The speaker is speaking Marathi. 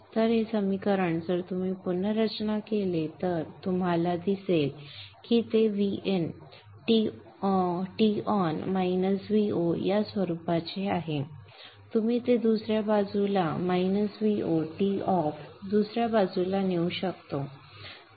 तर हे समीकरण जर तुम्ही पुनर्रचना केले तर तुम्हाला दिसेल की ते Vin Ton वजा Vo या स्वरूपाचे आहे आपण ते दुसऱ्या बाजूला वजा Vo Toff दुसऱ्या बाजूला नेऊ शकतो